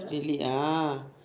really ah